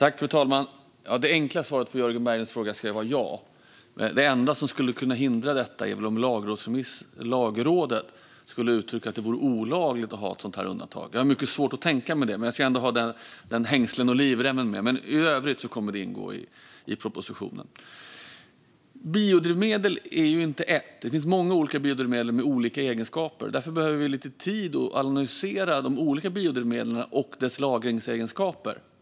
Fru talman! Det enkla svaret på Jörgen Berglunds fråga är ja. Det enda som skulle kunna hindra detta är om Lagrådet skulle uttrycka att det vore olagligt att ha ett sådant här undantag. Jag har mycket svårt att tänka mig det, men jag vill ändå ha hängslen och livrem när det gäller detta. I övrigt kommer det att ingå i propositionen. Biodrivmedel är inte ett, utan det finns många olika biodrivmedel med olika egenskaper. Därför behöver vi lite tid att analysera de olika biodrivmedlen och deras lagringsegenskaper.